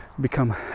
become